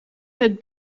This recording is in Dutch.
het